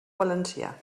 valencià